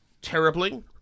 terribly